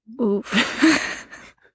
oof